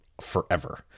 forever